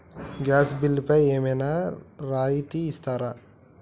Gas బిల్లుపై ఏమైనా రాయితీ ఇస్తారా?